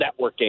networking